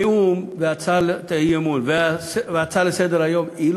הנאום והצעת האי-אמון וההצעה לסדר-היום לא